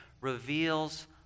reveals